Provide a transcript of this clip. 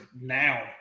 now